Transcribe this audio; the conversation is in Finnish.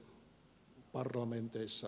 arvoisa puhemies